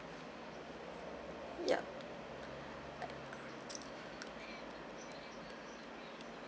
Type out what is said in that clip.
yup